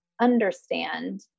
understand